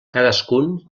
cadascun